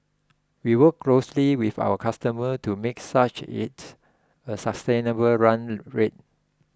we work closely with our customer to make such it's a sustainable run rate